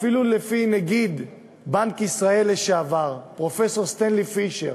אפילו נגיד בנק ישראל לשעבר, פרופסור סטנלי פישר,